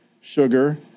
sugar